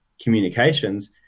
communications